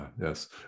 Yes